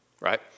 right